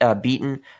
beaten